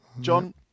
John